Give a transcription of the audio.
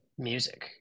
music